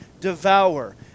devour